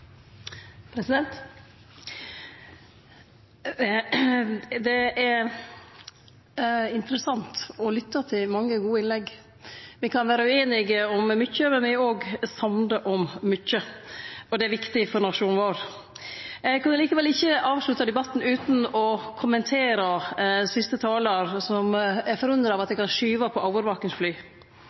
Det er interessant å lytte til mange gode innlegg. Me kan vere ueinige om mykje, men me er òg samde om mykje, og det er viktig for nasjonen vår. Eg kunne likevel ikkje avslutte debatten utan å kommentere siste talar, som er forundra over at ein kan skuve på overvakingsfly.